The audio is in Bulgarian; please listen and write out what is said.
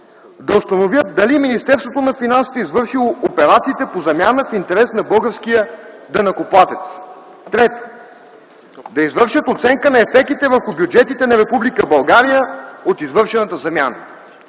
Да установят дали Министерството на финансите е извършило операциите по замяна в интерес на българския данъкоплатец. 3. Да извършат оценка на ефектите върху бюджетите на Република България от извършената замяна.”